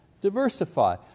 Diversify